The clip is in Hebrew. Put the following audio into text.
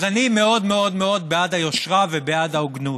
אז אני מאוד בעד היושרה ובעד ההוגנות.